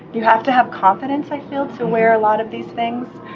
you have to have confidence, i feel, to wear a lot of these things.